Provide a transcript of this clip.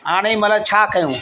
हाणे मतिलब छा कयूं